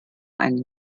einen